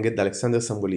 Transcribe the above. נגד אלכסנדר סטמבוליסקי,